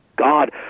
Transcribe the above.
God